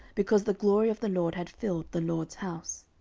because the glory of the lord had filled the lord's house.